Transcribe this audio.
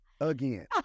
Again